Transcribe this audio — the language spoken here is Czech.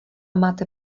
máte